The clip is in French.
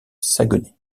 saguenay